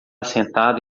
sentada